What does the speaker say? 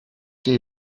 die